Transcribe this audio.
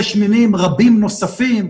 יש מינים רבים נוספים,